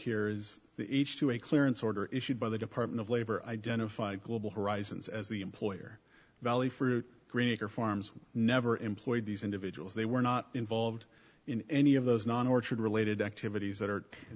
here is each to a clearance order issued by the department of labor identify global horizons as the employer valley for three acre farms never employ these individuals they were not involved in any of those non orchard related activities that are